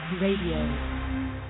Radio